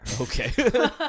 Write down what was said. Okay